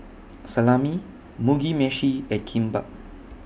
Salami Mugi Meshi and Kimbap